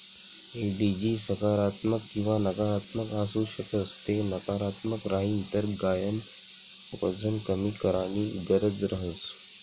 एडिजी सकारात्मक किंवा नकारात्मक आसू शकस ते नकारात्मक राहीन तर गायन वजन कमी कराणी गरज रहस